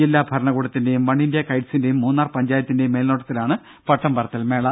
ജില്ലാ ഭരണകൂടത്തിന്റെയും one India കൈറ്റ്സിന്റെയും മൂന്നാർ പഞ്ചായത്തിന്റെയും മേൽനോട്ടത്തിലാണ് പട്ടം പറത്തൽ മേള